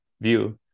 view